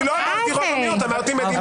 אני לא אמרתי רוב או מיעוט, אמרתי מדינות רבות.